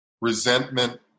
resentment